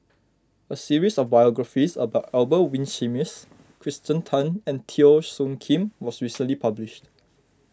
a series of biographies about Albert Winsemius Kirsten Tan and Teo Soon Kim was recently published